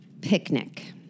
picnic